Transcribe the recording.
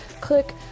Click